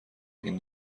این